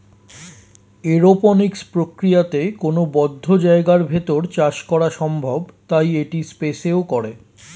aeroponics প্রক্রিয়াতে কোনো বদ্ধ জায়গার ভেতর চাষ করা সম্ভব তাই এটি স্পেসেও করে